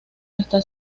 está